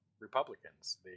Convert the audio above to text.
Republicans